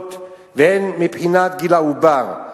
הסיבות והן מבחינת גיל העובר.